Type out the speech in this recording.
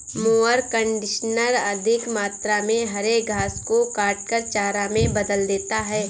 mower conditioner अधिक मात्रा में हरे घास को काटकर चारा में बदल देता है